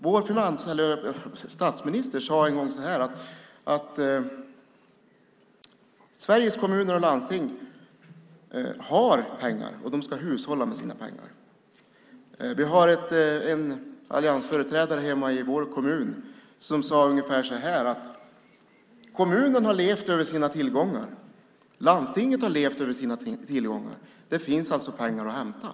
Vår statsminister sade en gång: Sveriges kommuner och landsting har pengar, och de ska hushålla med sina pengar. Vi har en alliansföreträdare hemma i vår kommun som säger ungefär så här: Kommunen har levt över sina tillgångar. Landstinget har levt över sina tillgångar. Det finns alltså pengar att hämta.